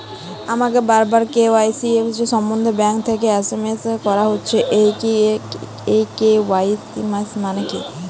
আমাকে বারবার কে.ওয়াই.সি সম্বন্ধে ব্যাংক থেকে এস.এম.এস করা হচ্ছে এই কে.ওয়াই.সি মানে কী?